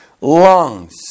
lungs